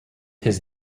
his